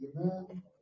Amen